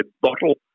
bottle